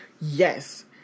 Yes